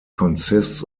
consists